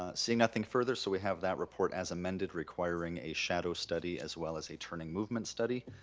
ah seeing nothing further, so we have that report as amended requiring a shadow study as well as a turning movement study.